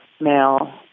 male